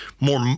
More